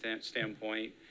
standpoint